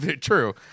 true